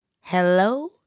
hello